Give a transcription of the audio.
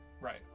right